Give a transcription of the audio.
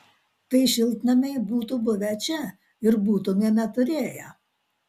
tai šiltnamiai būtų buvę čia ir būtumėme turėję